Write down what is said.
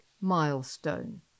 milestone